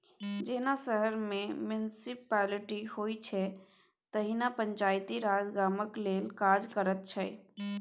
जेना शहर मे म्युनिसप्लिटी होइ छै तहिना पंचायती राज गामक लेल काज करैत छै